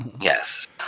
yes